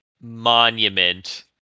monument